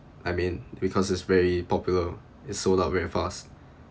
I mean because it's very popular it's sold out very fast